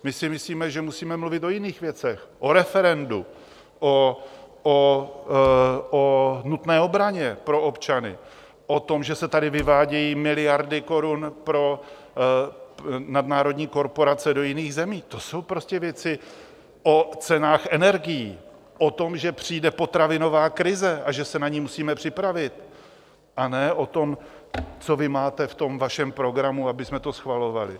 My si myslíme, že musíme mluvit o jiných věcech o referendu, o nutné obraně pro občany, o tom, že se tady vyvádějí miliardy korun pro nadnárodní korporace do jiných zemí, to jsou věci, o cenách energií, o tom, že přijde potravinová krize a že se na ní musíme připravit, a ne o tom, co vy máte v tom vašem programu, abychom to schvalovali.